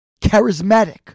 charismatic